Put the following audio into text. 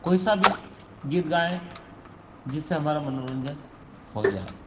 कोई सा भी गीत गाएँ जिससे हमारा मनोरंजन हो जाए